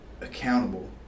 accountable